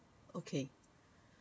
okay